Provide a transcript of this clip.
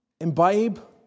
imbibe